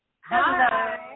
Hi